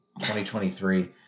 2023